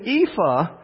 ephah